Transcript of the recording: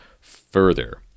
further